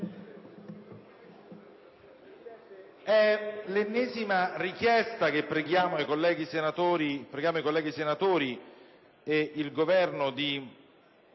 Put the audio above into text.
ennesima richiesta, preghiamo i colleghi senatori e il Governo di